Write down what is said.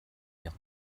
piak